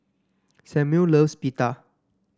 Samuel loves Pita